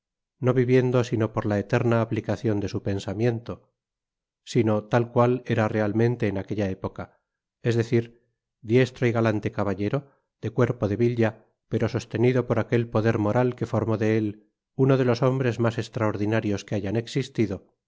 no viviendo sino por la eterna aplicacion de su pensamiento sino tal cual era realmente en aquella época es decir diestro y galante caballero de cuerpo débil ya pero sostenido por aquel poder moral que formó de él uno de los hombres mas estraordinarios que hayan ecsistido